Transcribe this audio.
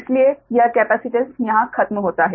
इसलिए यह कैपेसिटेन्स यहां खत्म होता है